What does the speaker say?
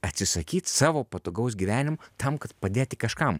atsisakyt savo patogaus gyvenim tam kad padėti kažkam